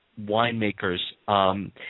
winemakers